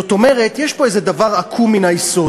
זאת אומרת, יש פה איזה דבר עקום מן היסוד.